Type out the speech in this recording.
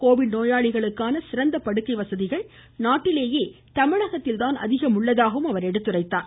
Covid நோயாளிகளுக்கு சிறந்த படுக்கை வசதிகள் நாட்டிலேயே தமிழகத்தில் தான் அதிகம் உள்ளதாகவும் அவர் எடுத்துரைத்தார்